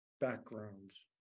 backgrounds